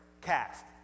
cast